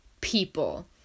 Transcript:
people